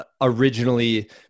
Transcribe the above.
originally